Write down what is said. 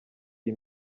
iyi